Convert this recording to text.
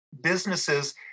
businesses